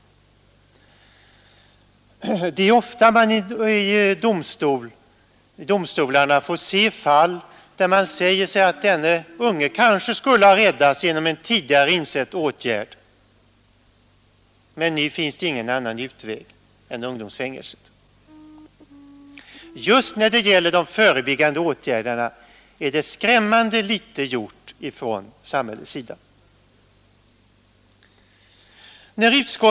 Det är ofta man i domstolarna får se fall, där man säger sig att denna ungdom kanske skulle ha räddats genom en tidigare insatt åtgärd, men nu finns det ingen annan utväg än ungdomsfängelse. Just när det gäller de förebyggande åtgärderna 67 är skrämmande litet gjort från samhällets sida.